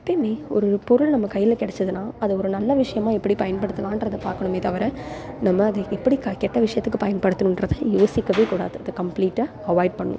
எப்போயுமே ஒரு பொருள் நம்ம கையில் கெடைச்சிதுனா அதை ஒரு நல்ல விஷயமாக எப்படி பயன்படுத்தலான்றதை பார்க்கணுமே தவிர நம்ம அதை எப்படி கெ கெட்ட விஷயத்துக்குப் பயன்படுத்தணுன்றதை யோசிக்கவே கூடாது இதை கம்ப்ளீட்டாக அவாய்ட் பண்ணும்